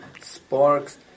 sparks